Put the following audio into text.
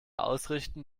ausrichten